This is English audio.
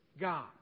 God